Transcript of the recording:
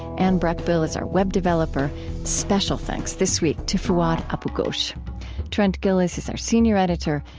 anne breckbill is our web developer special thanks this week to fouad abu-ghosh trent gilliss is our senior editor.